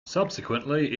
subsequently